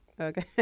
Okay